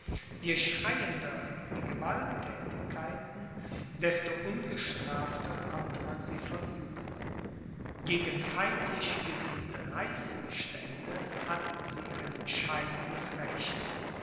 je schreiender die gewalttätigkeiten desto ungestrafter konnte man sie verüben gegen feindlich gesinnte reichsstände hatten sie einen schein des rechts